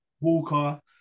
Walker